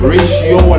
Ratio